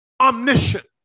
omniscient